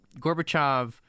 Gorbachev